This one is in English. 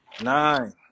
nine